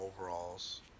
overalls